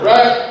Right